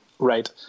Right